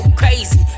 crazy